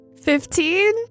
Fifteen